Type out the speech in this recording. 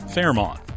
Fairmont